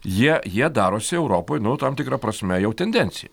jie jie darosi europoj nu tam tikra prasme jau tendencija